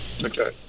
Okay